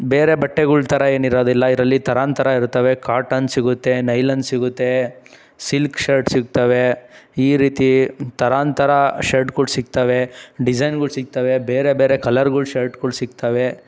ಬೇರೆ ಬಟ್ಟೆಗಳ ಥರ ಏನಿರೋದಿಲ್ಲ ಇದ್ರಲ್ಲಿ ಥರಾಂಥರ ಇರುತ್ತವೆ ಕಾಟನ್ ಸಿಗುತ್ತೆ ನೈಲನ್ ಸಿಗುತ್ತೆ ಸಿಲ್ಕ್ ಶರ್ಟ್ ಸಿಕ್ತವೆ ಈ ರೀತಿ ಥರಾಂಥರ ಶರ್ಟ್ಗಳು ಸಿಕ್ತವೆ ಡಿಸೈನ್ಗಳು ಸಿಕ್ತವೆ ಬೇರೆ ಬೇರೆ ಕಲ್ಲರ್ಗಳ ಶರ್ಟ್ಗಳು ಸಿಕ್ತವೆ